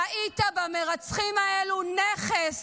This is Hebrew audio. ראית במרצחים האלו נכס,